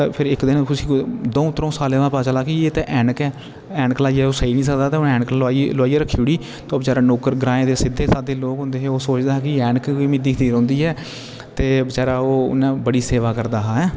ते फेर इक दिन उसी कूदे द'ऊं त्रो साले बाद पता चला की ऐ ते ऐनक ऐ ऐनक लाईये ओह् सेई नी सकदा ते ऐनक लोआईये लोआईये रखी ओड़ी ते ओह् बेचारा नौकर ग्रांएं दे सीधे सादे लोग होंदे हे ओह् सोचदे हे ऐनक बी मी दिखदी रौह्ंदी ऐ ते बेचारा ओह् बड़ी सेवा करदा हा हे